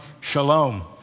shalom